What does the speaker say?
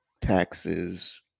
taxes